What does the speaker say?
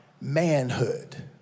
manhood